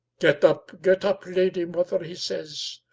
get up, get up, lady mother, he says,